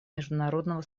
международного